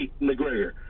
McGregor